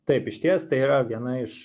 taip išties tai yra viena iš